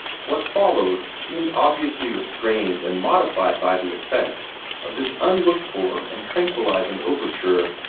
what followed seemed obviously restrained and modified by the effect of this unlooked-for and tranquillizing overture.